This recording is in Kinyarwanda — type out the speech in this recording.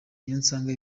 niyonsenga